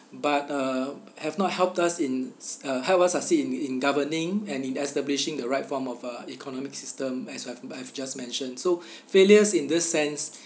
but uh have not helped us in s~ uh help us succeed in in governing and in establishing the right form of uh economic system as what I've I have just mentioned so failures in this sense